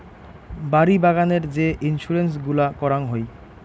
বাড়ি বাগানের যে ইন্সুরেন্স গুলা করাং হই